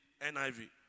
NIV